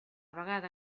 vegada